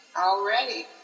Already